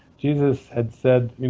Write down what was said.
jesus had said,